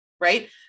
right